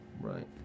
right